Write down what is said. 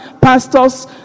pastors